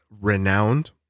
renowned